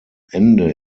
ende